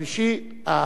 היושב-ראש